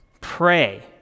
Pray